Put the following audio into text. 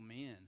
men